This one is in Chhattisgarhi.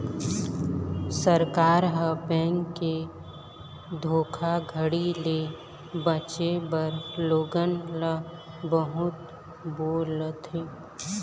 सरकार ह, बेंक के धोखाघड़ी ले बाचे बर लोगन ल बहुत बोलथे